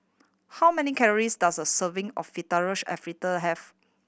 how many calories does a serving of Fettuccine Alfredo have